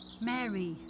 Mary